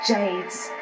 Jade's